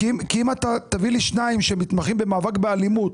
כי אם אתה תביא לי שניים שמתמחים במאבק באלימות,